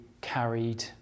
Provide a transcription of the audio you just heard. carried